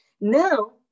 Now